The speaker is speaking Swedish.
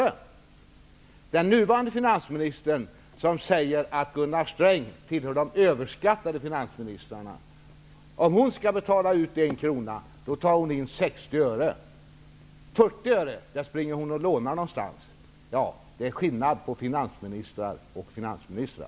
Om den nuvarande finansministern, som säger att Gunnar Sträng tillhör de överskattade finansministrarna, skall betala ut 1 kr, tar hon in 60 öre. 40 öre springer hon ut och lånar någonstans. Det är skillnad på finansministrar och finansministrar.